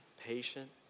patient